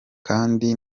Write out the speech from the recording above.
kandi